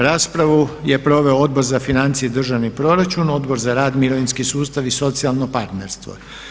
Raspravu je proveo Odbor za financije i državni proračun, Odbor za rad, mirovinski sustav i socijalno partnerstvo.